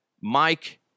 Mike